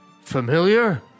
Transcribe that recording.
Familiar